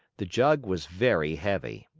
the jug was very heavy,